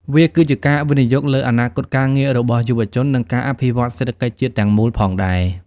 វាគឺជាការវិនិយោគលើអនាគតការងាររបស់យុវជននិងការអភិវឌ្ឍសេដ្ឋកិច្ចជាតិទាំងមូលផងដែរ។